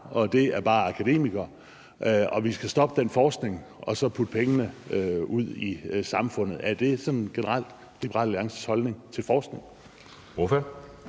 og akademikere, og at vi skal stoppe den forskning og så putte pengene ud i samfundet? Er det sådan generelt Liberal Alliances holdning til forskning?